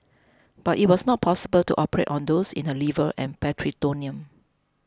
but it was not possible to operate on those in her liver and peritoneum